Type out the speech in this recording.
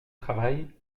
travail